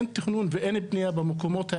אין תכנון ואין בנייה במקומות האלה,